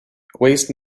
waste